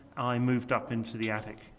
i moved up into the attic.